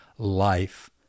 life